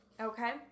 okay